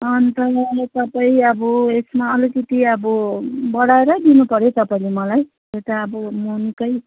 अनि त तपाईँ अब यसमा अलिकति अब बढाएरै दिनुपर्यो तपाईँले मलाई हुन त अब म निकै